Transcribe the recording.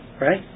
Right